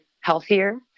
healthier